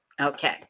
Okay